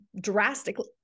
drastically